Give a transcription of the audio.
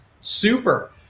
Super